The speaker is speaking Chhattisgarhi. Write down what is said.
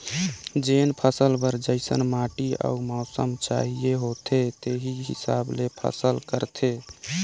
जेन फसल बर जइसन माटी अउ मउसम चाहिए होथे तेही हिसाब ले फसल करथे